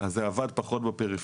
אז זה עבר פחות בפריפריה,